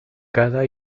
cada